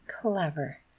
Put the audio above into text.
clever